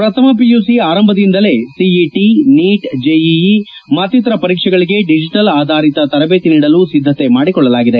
ಪ್ರಥಮ ಪಿಯುಸಿ ಆರಂಭದಿಂದಲೇ ಸಿಇಟ ನೀಟ್ಆಿಇಇ ಮತ್ತಿತರ ಪರೀಕ್ಷೆಗಳಗೆ ಡಿಜೆಟಲ್ ಆಧಾರಿತ ತರದೇತಿ ನೀಡಲು ಸಿದ್ದತೆ ಮಾಡಿಕೊಳ್ಳಲಾಗಿದೆ